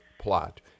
plot